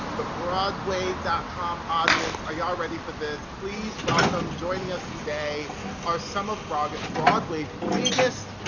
the broadway dot com audience are y'all ready for this? please welcome joining us today are some of broadway's broadway's biggest,